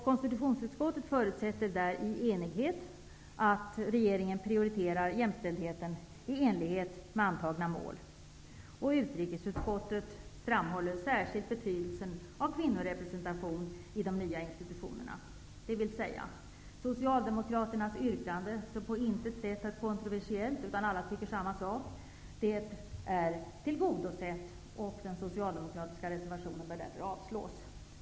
Konstitutionsutskottet förutsätter i enighet att regeringen prioriterar jämställdheten i enlighet med antagna mål. Utrikesutskottet framhåller särskilt betydelsen av kvinnorepresentation i de nya institutionerna. Socialdemokraternas yrkande, som på intet sätt är kontroversiellt, är alltså tillgodosett, och den socialdemokratiska reservationen bör därför avslås.